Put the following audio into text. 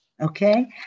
okay